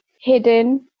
hidden